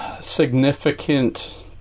significant